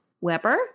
Weber